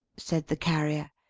said the carrier.